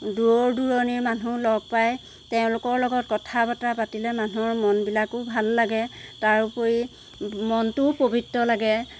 দূৰৰ দূৰণিৰ মানুহ লগ পায় তেওঁলোকৰ লগত কথা বতৰা পাতিলে মানুহৰ মনবিলাকো ভাল লাগে তাৰোপৰি মনটোও পৱিত্ৰ লাগে